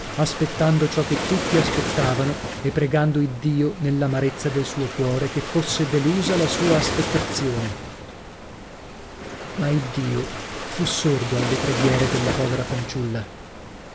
aspettando ciò che tutti aspettavano e pregando iddio nell'amarezza del suo cuore che fosse delusa la sua aspettazione ma iddio fu sordo alle preghiere della povera fanciulla